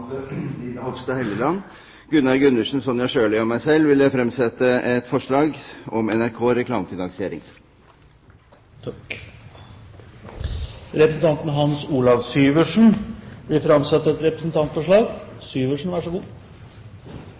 Linda C. Hofstad Helleland, Gunnar Gundersen, Sonja Irene Sjøli og meg selv vil jeg fremsette et forslag om NRK og reklamefinansiering. Representanten Hans Olav Syversen vil framsette et representantforslag.